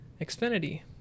xfinity